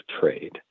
trade